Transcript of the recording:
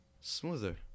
smoother